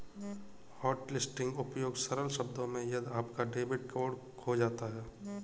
hotlisting उपयोग सरल शब्दों में यदि आपका डेबिट कार्ड खो जाता है